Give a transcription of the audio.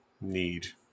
need